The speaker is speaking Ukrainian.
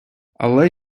але